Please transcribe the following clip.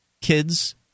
Kids